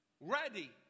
ready